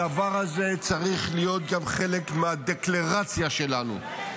הדבר הזה צריך להיות גם חלק מהדקלרציה שלנו.